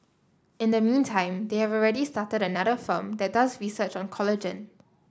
in the meantime they have already started another firm that does research on collagen